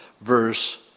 verse